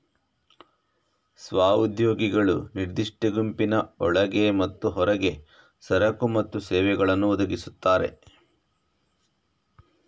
ಸ್ವ ಉದ್ಯೋಗಿಗಳು ನಿರ್ದಿಷ್ಟ ಗುಂಪಿನ ಒಳಗೆ ಮತ್ತು ಹೊರಗೆ ಸರಕು ಮತ್ತು ಸೇವೆಗಳನ್ನು ಒದಗಿಸ್ತಾರೆ